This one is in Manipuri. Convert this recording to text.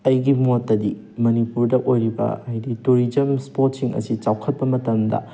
ꯑꯩꯒꯤ ꯃꯣꯠꯇꯗꯤ ꯃꯅꯤꯄꯨꯔꯗ ꯑꯣꯏꯔꯤꯕ ꯍꯥꯏꯗꯤ ꯇꯨꯔꯤꯖꯝ ꯏꯁꯄꯣꯠꯁꯤꯡ ꯑꯁꯤ ꯆꯥꯎꯈꯠꯄ ꯃꯇꯝꯗ